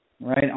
Right